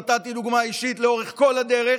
נתתי דוגמה אישית לאורך כל הדרך,